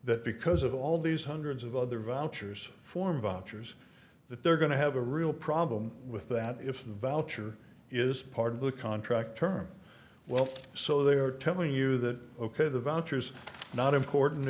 that because of all these hundreds of other vouchers form of entres that they're going to have a real problem with that if the voucher is part of the contract term well so they are telling you that ok the vouchers not important